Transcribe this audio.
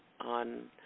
on